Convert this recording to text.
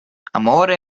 amore